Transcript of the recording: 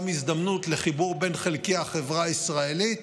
הזדמנות לחיבור בין חלקי החברה הישראלית,